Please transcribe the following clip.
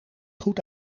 goed